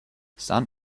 sun